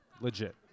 legit